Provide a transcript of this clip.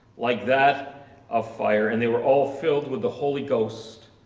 like that of fire and they were all filled with the holy ghost